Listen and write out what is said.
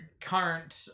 current